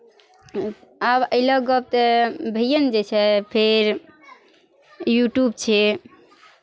आब एहि लऽ कऽ गप्प तऽ भइए ने जाइ छै फेर यूट्यूब छै